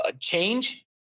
change